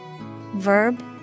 Verb